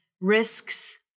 risks